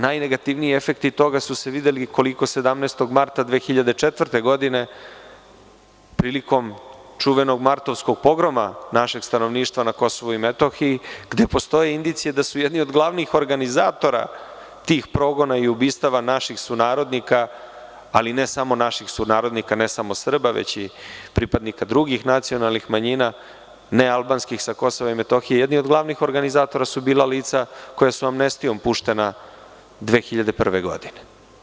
Najnegativniji efekti toga su se videli 17. marta 2004. godine prilikom čuvenog martovskog pogroma našeg stanovništva na KiM, gde postoje indicije da su jedni od glavnih organizatora tih progona i ubistava naših sunarodnika, ali ne samo naših sunarodnika, ne samo Srba, već i pripadnika drugih nacionalnih manjina, nealbanskih sa KiM, bila lica koja su amnestijom puštena 2001. godine.